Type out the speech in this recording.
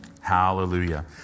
Hallelujah